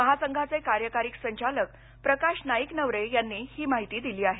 महासंघाचे कार्यकारी संचालक प्रकाश नाईकनवरे यांनी ही माहिती दिली आहे